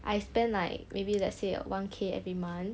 I spend like maybe let's say one K every month